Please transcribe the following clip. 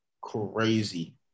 crazy